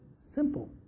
Simple